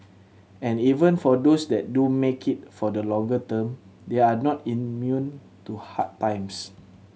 and even for those that do make it for the longer term they are not immune to hard times